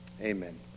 amen